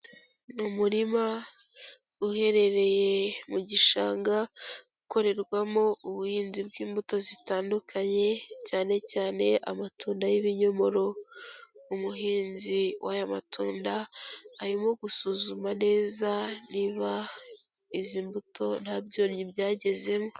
Ni umurima uherereye mu gishanga, ukorerwamo ubuhinzi bw'imbuto zitandukanye cyane cyane amatunda y'ibinyomoro, umuhinzi w'aya matunda arimo gusuzuma neza niba izi mbuto nta byonnyi byagezemo.